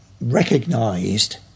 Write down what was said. recognised